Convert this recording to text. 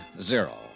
zero